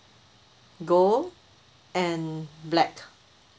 gold and black